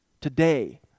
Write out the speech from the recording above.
today